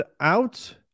out